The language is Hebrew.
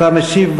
אתה משיב,